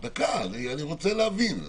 אני רוצה להבין.